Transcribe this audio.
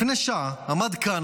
לפני שעה עמד כאן,